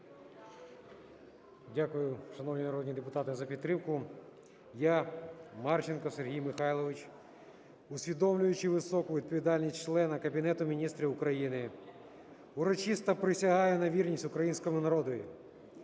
Дякую, шановні народні депутати, за підтримку. Я, Марченко Сергій Михайлович, усвідомлюючи високу відповідальність члена Кабінету Міністрів України, урочисто присягаю на вірність Українському народові.